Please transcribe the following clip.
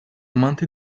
amante